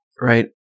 right